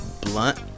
Blunt